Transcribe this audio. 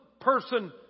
person